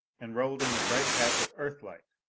and rolled in a bright patch of earthlight.